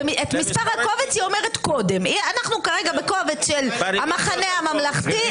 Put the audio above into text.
את מספר הקובץ היא אומרת קודם אנחנו כרגע בקובץ של המחנה הממלכתי,